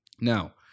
now